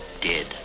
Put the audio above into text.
dead